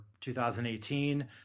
2018